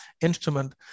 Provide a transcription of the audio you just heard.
instrument